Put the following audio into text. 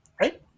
Right